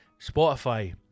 Spotify